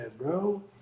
bro